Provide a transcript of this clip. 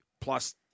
plus